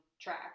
track